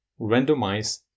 randomize